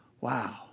wow